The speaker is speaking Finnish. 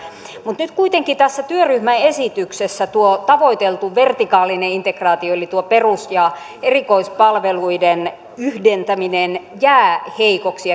mutta nyt kuitenkin tässä työryhmän esityksessä tuo tavoiteltu vertikaalinen integraatio eli tuo perus ja erikoispalveluiden yhdentäminen jää heikoksi